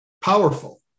powerful